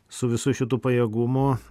su visu šitu pajėgumu